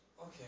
Okay